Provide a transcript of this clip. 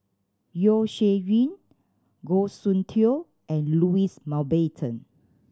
Yeo Shih Yun Goh Soon Tioe and Louis Mountbatten